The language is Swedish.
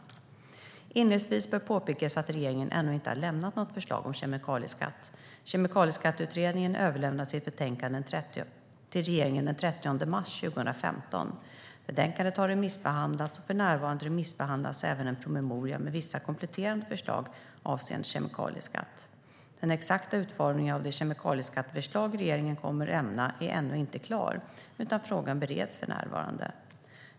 Inledningsvis bör påpekas att regeringen ännu inte har lämnat något förslag om kemikalieskatt. Kemikalieskatteutredningen överlämnade sitt betänkande till regeringen den 30 mars 2015. Betänkandet har remissbehandlats, och för närvarande remissbehandlas även en promemoria med vissa kompletterande förslag avseende kemikalieskatt. Den exakta utformningen av det kemikalieskatteförslag regeringen kommer att lämna är ännu inte klar, utan frågan bereds för närvarande.